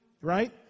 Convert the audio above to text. Right